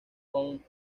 con